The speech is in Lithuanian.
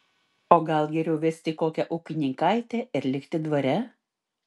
o gal geriau vesti kokią ūkininkaitę ir likti dvare